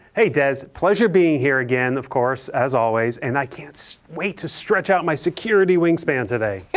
hey dez, pleasure being here again, of course, as always, and i can't so wait to stretch out my security wingspan today. yeah